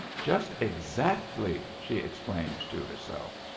just exactly! she exclaimed to herself.